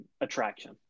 attraction